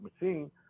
machine